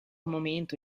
momento